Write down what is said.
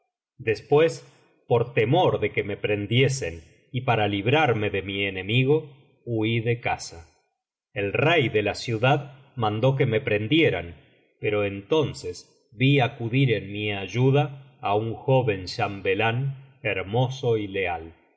después por temor de que me prendiesen y para librarme de mi enemigo huí de casa el rey de la ciudad mandó que me prendieran pero entonces vi acudir en mi ayudad un joven chambelán hermoso y leal y